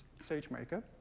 SageMaker